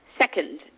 second